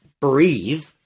breathe